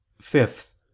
fifth